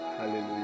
Hallelujah